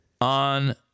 on